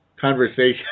conversation